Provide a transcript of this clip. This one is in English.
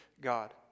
God